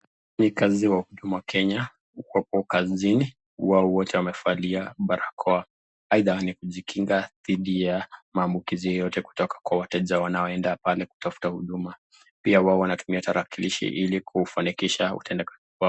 ni kazi yao huduma Kenya wakiwa kazini wao wote wamevalia barakoa. Aidha ni kujikinga dhidi ya maambukizi yoyote kutoka kwa wateja wanaoenda pale kutafuta huduma. Pia wao wanatumia tarakilishi ili kufanikisha utendakazi.